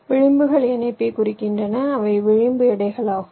விளிம்புகள் இணைப்பை குறிக்கின்றன அவை விளிம்பு எடைகள் ஆகும்